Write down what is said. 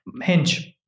Hinge